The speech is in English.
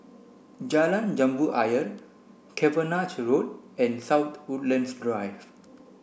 Jalan Jambu Ayer Cavenagh Road and South Woodlands Drive